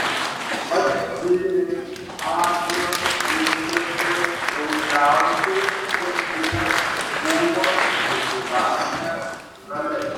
pagrindiniai azijos indeksai daugiausiai šiandien buvo nusidažę žaliai